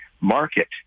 market